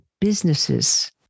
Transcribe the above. businesses